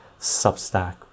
Substack